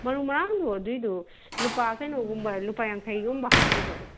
ꯃꯔꯨ ꯃꯔꯥꯡꯗꯣ ꯑꯗꯨꯏꯗꯨ ꯂꯨꯄꯥ ꯀꯩꯅꯣꯒꯨꯝꯕ ꯂꯨꯄꯥ ꯌꯥꯡꯈꯩꯒꯨꯝꯕ ꯍꯥꯞꯄꯤꯔꯣ ꯑꯗꯣ